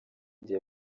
gihe